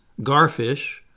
garfish